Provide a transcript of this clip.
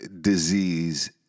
disease